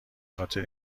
خاطر